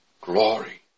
glory